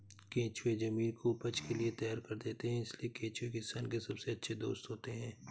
केंचुए जमीन को उपज के लिए तैयार कर देते हैं इसलिए केंचुए किसान के सबसे अच्छे दोस्त होते हैं